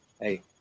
Hey